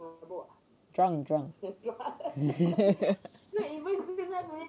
drunk drunk